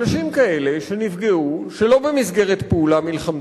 אנשים כאלה, שנפגעו שלא במסגרת פעולה מלחמתית,